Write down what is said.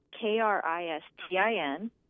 K-R-I-S-T-I-N